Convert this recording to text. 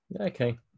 Okay